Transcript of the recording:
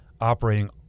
operating